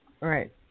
right